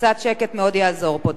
קצת שקט מאוד יעזור פה.